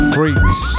Freaks